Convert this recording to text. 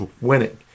winning